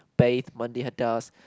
bathe mandi hadas